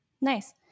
Nice